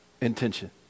intention